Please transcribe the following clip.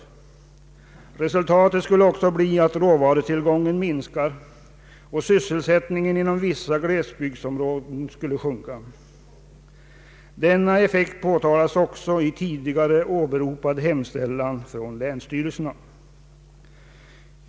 Resultatet skulle också bli att råvarutillgången minskar och sysselsättningen inom vissa glesbygdsområden skulle sjunka. Denna effekt påtalas också i den tidigare åberopade hemställan från länsstyrelserna.